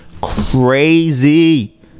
crazy